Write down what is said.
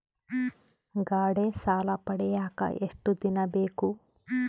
ಗಾಡೇ ಸಾಲ ಪಡಿಯಾಕ ಎಷ್ಟು ದಿನ ಬೇಕು?